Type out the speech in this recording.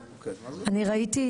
אני ראיתי,